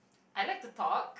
I like to talk